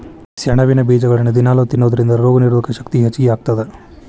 ಸೆಣಬಿನ ಬೇಜಗಳನ್ನ ದಿನಾಲೂ ತಿನ್ನೋದರಿಂದ ರೋಗನಿರೋಧಕ ಶಕ್ತಿ ಹೆಚ್ಚಗಿ ಆಗತ್ತದ